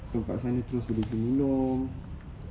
tempat sana boleh terus pergi minum